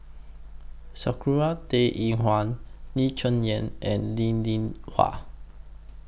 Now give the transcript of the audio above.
Sakura Teng Ying Hua Lee Cheng Yan and Linn in Hua